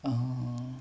mm